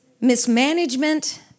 mismanagement